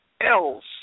else